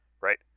right